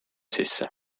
sisse